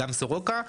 גם סורוקה,